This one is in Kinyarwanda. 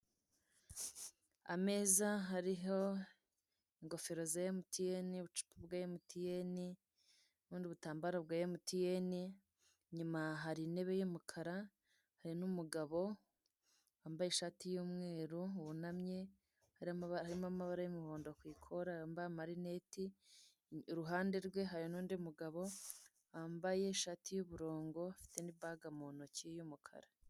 Ameza ariho ingofero za Emutiyeni, ubucupa bwa Emutiyeni n'ubundi butambaro bwa Emutiyeni, inyuma hari intebe y'umukara, hari n'umugabo wambaye ishati y'umweru wunamye, harimo amabara y'umuhondo ku ikora, wambaye n'amarinete, iruhande rwe hari n'undi mugabo wambaye ishati y'uburongo, ufite n'ibaga mu ntoki y'umukara.